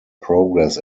progress